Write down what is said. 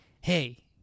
hey